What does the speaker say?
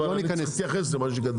אני צריך להתייחס למה שהיא כתבה.